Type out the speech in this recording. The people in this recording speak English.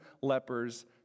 leper's